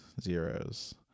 zeros